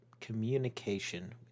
Communication